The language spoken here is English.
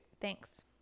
Thanks